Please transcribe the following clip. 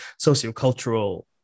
sociocultural